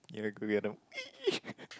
ya go get them